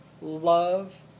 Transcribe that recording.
love